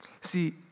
See